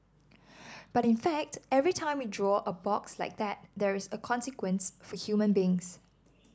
but in fact every time we draw a box like that there is a consequence for human beings